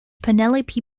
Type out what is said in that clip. penelope